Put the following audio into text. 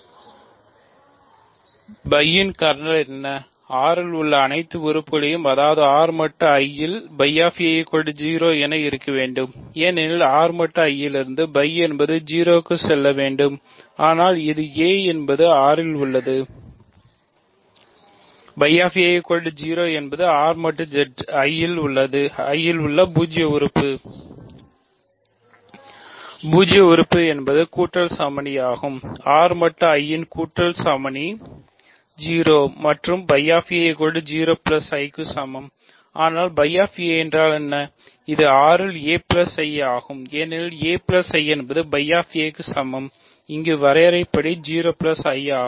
φ இன் கர்னல் என்றால் என்ன R இல் உள்ள அனைத்து உறுப்புகளும் அதாவது R mod I இல் φ க்கு சமம் இங்கு வரையறைப்படி 0 I ஆகும்